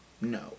No